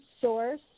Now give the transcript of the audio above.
Source